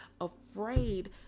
afraid